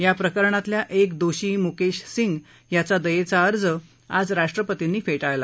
या प्रकरणातल्या एक दोषी मुकेश सिंग याचा दयेचा अर्ज आज राष्ट्रपतींनी फे ळला